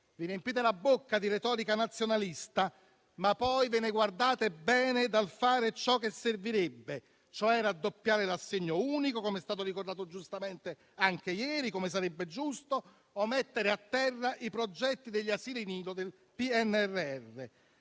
vi riempite la bocca di retorica nazionalista, ma poi vi guardate bene dal fare ciò che servirebbe, e cioè raddoppiare l'assegno unico - com'è stato ricordato giustamente anche ieri, e come sarebbe giusto - o mettere a terra i progetti degli asili nido del PNRR.